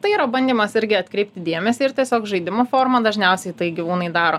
tai yra bandymas irgi atkreipti dėmesį ir tiesiog žaidimo forma dažniausiai tai gyvūnai daro